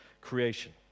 creation